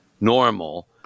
normal